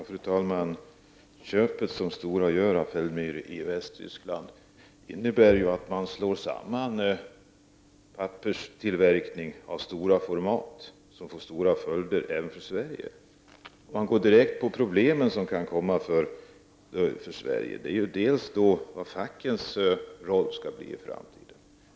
Fru talman! Det köp som Stora gör av Feldmänhle i Västtyskland innebär att man slår samman papperstillverkningen, vilket får stora följder även för Sverige. De problem som kan uppstå för Sverige är bl.a. vad fackets roll skall bli i framtiden.